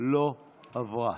לא עברה.